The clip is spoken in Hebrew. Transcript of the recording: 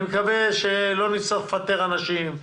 אני מקווה שלא נצטרך לפטר אנשים.